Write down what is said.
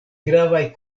gravaj